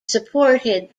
supported